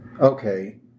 Okay